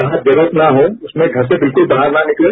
जहां जरूरत न हो उसमें घर से बिल्कुल बाहर न निकलें